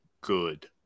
good